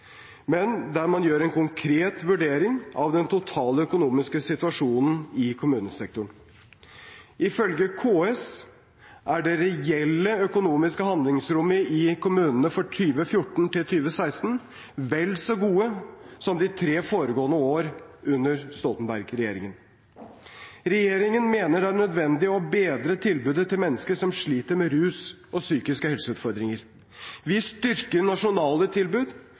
men at man gjør en konkret vurdering av den totale økonomiske situasjonen i kommunesektoren. Ifølge KS er det reelle økonomiske handlingsrommet i kommunene for 2014–2016 vel så godt som de tre foregående år under Stoltenberg-regjeringen. Regjeringen mener det er nødvendig å bedre tilbudet til mennesker som sliter med rus og psykiske helseutfordringer. Vi styrker nasjonale tilbud